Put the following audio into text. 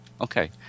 okay